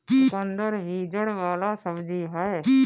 चुकंदर भी जड़ वाला सब्जी हअ